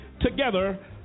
together